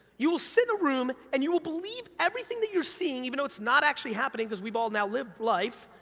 you'll sit in a room, and you will believe everything that you're seeing, even though it's not actually happening, cause we've all now lived life,